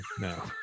No